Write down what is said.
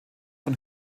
von